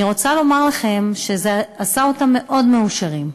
אני רוצה לומר לכם שזה עשה אותם מאוד מאושרים,